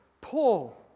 Paul